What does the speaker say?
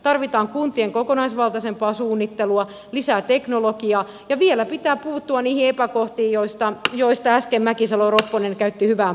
tarvitaan kuntien kokonaisvaltaisempaa suunnittelua lisää teknologiaa ja vielä pitää puuttua niihin epäkohtiin joista äsken mäkisalo ropponen käytti hyvän puheenvuoron